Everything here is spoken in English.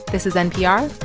this is npr.